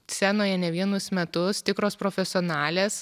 cenoje ne vienus metus tikros profesionalės